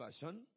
version